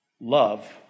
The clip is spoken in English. love